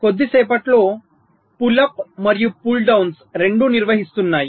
కొద్ది సేపట్లో pull up మరియు పుల్ డౌన్స్ రెండూ నిర్వహిస్తున్నాయి